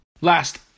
Last